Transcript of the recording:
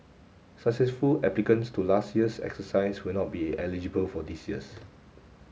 successful applicants to last year's exercise will not be eligible for this year's